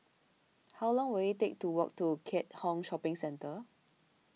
how long will it take to walk to Keat Hong Shopping Centre